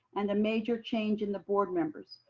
and the major change in the board members?